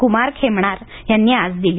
कुणाल खेमणार यांनी आज दिली